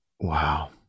Wow